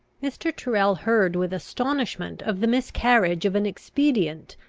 mr. tyrrel heard with astonishment of the miscarriage of an expedient,